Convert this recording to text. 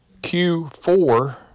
Q4